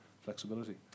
flexibility